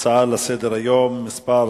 הצעה לסדר-היום מס'